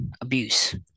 abuse